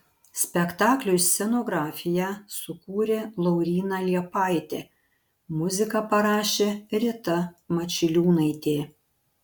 spektakliui scenografiją sukūrė lauryna liepaitė muziką parašė rita mačiliūnaitė